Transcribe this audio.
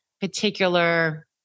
particular